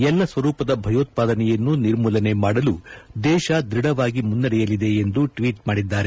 ಎಲ್ಲ ಸ್ವರೂಪದ ಭಯೋತ್ವಾದನೆಯನ್ನು ನಿರ್ಮೂಲನೆ ಮಾಡಲು ದೇಶ ದ್ವಢವಾಗಿ ಮುನ್ನಡೆಯಲಿದೆ ಎಂದು ಟ್ವೀಟ್ ಮಾಡಿದ್ದಾರೆ